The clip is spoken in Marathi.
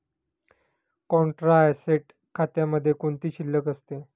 कॉन्ट्रा ऍसेट खात्यामध्ये कोणती शिल्लक असते?